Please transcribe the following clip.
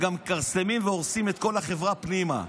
הם גם מכרסמים והורסים את כל החברה פנימה.